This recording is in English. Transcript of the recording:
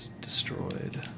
destroyed